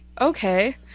Okay